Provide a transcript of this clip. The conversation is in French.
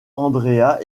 andrea